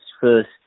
first